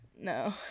no